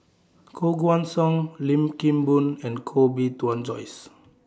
Koh Guan Song Lim Kim Boon and Koh Bee Tuan Joyce